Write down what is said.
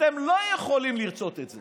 אתם לא יכולים לרצות את זה